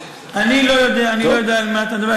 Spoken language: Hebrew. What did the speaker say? אני לא יודע על מה אתה מדבר.